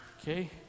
Okay